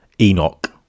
Enoch